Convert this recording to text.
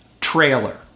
trailer